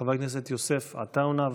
חבר הכנסת יוסף עטאונה,